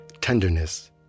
tenderness